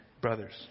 brothers